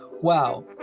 wow